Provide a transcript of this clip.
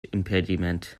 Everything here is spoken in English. impediment